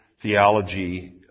theology